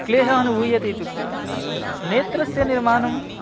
क्लेशः अनुभूयते इत्युक्ते नेत्रस्य निर्माणं